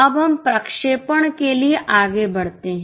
अब हम प्रक्षेपण के लिए आगे बढ़ते हैं